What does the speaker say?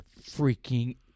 freaking